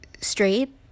straight